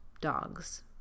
dogs